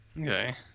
Okay